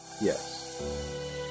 Yes